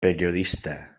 periodista